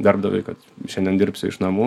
darbdaviui kad šiandien dirbsiu iš namų